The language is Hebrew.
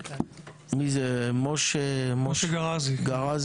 מי זה, משה גרזי?